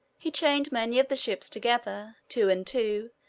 he chained many of the ships together, two and two,